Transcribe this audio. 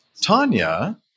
Tanya